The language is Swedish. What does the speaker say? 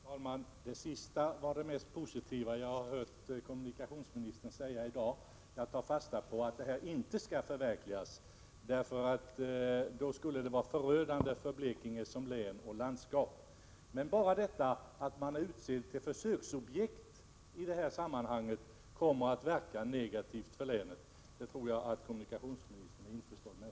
Herr talman! Det sista kommunikationsministern sade var det mest positiva jag har hört honom säga i dag. Jag tar fasta på att detta förslag inte skall förverkligas, eftersom detta skulle verka förödande på Blekinge som län och landskap. Men bara detta att man är utsedd till försöksobjekt i sammanhanget kommer att ha negativ verkan på länet — det tror jag att kommunikationsministern är införstådd med.